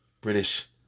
British